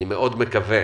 אני מאוד מקווה